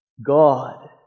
God